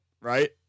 right